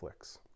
Netflix